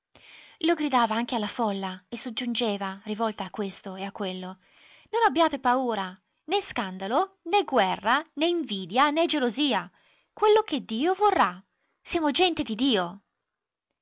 lo gridava anche alla folla e soggiungeva rivolta a questo e a quello non abbiate paura né scandalo né guerra né invidia né gelosia quello che dio vorrà siamo gente di dio